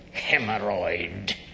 hemorrhoid